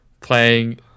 playing